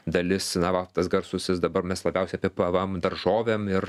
dalis na va tas garsusis dabar mes labiausiai apie pvm daržovėm ir